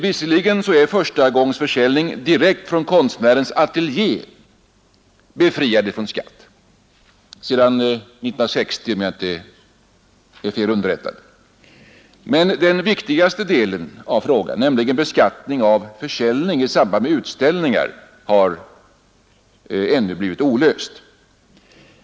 Visserligen är förstagångsförsäljning direkt från konstnärens ateljé befriad från skatt — sedan 1960, om jag inte är fel underrättad — men den viktigaste delen av frågan, nämligen beskattningen av försäljning i samband med utställningar är alltjämt olöst.